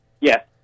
Yes